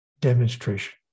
demonstration